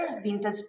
Vintage